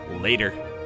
Later